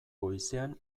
goizean